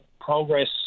progress